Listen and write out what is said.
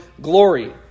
glory